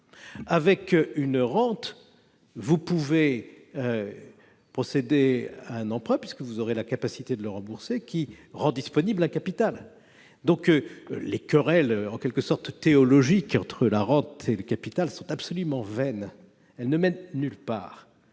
avec une rente, vous pouvez procéder à un emprunt, puisque vous aurez la capacité de le rembourser, et cet emprunt rend disponible un capital. Absolument ! Les querelles théologiques entre la rente et le capital sont donc absolument vaines ; elles ne mènent nulle part.